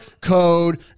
code